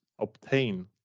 obtain